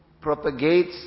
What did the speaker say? propagates